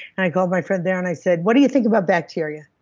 i called my friend there and i said what do you think about bacteria.